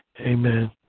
Amen